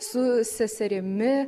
su seserimi